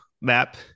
map